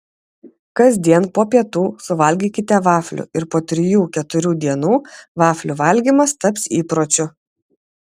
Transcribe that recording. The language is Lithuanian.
kasdien po pietų suvalgykite vaflių ir po trijų keturių dienų vaflių valgymas taps įpročiu